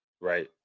Right